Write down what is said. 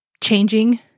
changing